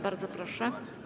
Bardzo proszę.